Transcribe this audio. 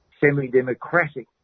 semi-democratic